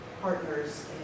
partners